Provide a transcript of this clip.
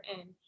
end